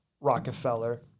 Rockefeller